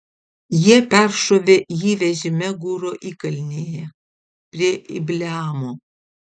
jie peršovė jį vežime gūro įkalnėje prie ibleamo